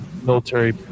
military